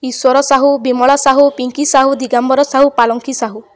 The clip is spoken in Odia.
ଈଶ୍ୱର ସାହୁ ବିମଳା ସାହୁ ପିଙ୍କି ସାହୁ ଦିଗମ୍ବର ସାହୁ ପାଲଙ୍କୀ ସାହୁ